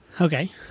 Okay